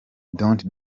don’t